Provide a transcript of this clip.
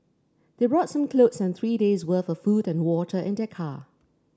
they brought some clothes and three days' worth of food and water in their car